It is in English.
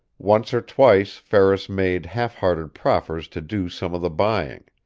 once or twice ferris made halfhearted proffers to do some of the buying.